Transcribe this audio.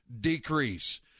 decrease